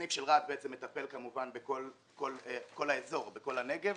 הסניף של רהט מטפל בכל האזור, בכל הנגב.